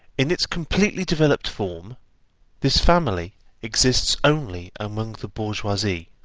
in its completely developed form this family exists only among the bourgeoisie.